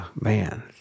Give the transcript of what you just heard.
man